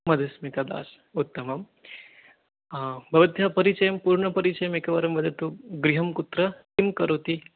मधुस्मितादास् उत्तमं भवत्याः परिचयं पूर्णपरिचयम् एकवारं वदतु गृहं कुत्र किं करोति